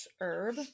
herb